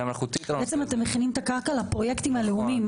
מלאכותית --- בעצם אתם מכינים את הקרקע לפרויקטים הלאומיים.